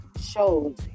shows